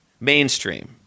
mainstream